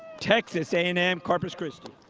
texas a and m corpus christi.